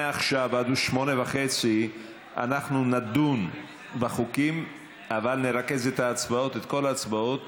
מעכשיו ועד 20:30 אנחנו נדון בחוקים אבל נרכז את כל ההצבעות